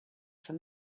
for